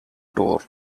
tour